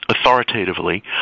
authoritatively